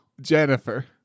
Jennifer